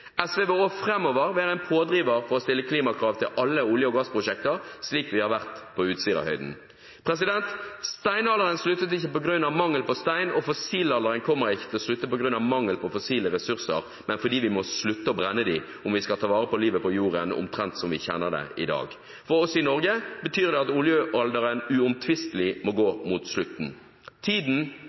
SV vil også framover være en pådriver for å stille klimakrav til alle olje- og gassprosjekter, slik vi har vært på Utsirahøyden. Steinalderen sluttet ikke på grunn av mangel på stein, og fossilalderen kommer ikke til å slutte på grunn av mangel på fossile ressurser, men fordi vi må slutte å brenne dem om vi skal ta vare på livet på jorden omtrent som vi kjenner det i dag. For oss i Norge betyr det at oljealderen uomtvistelig må gå mot slutten. Tiden